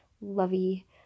lovey